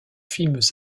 films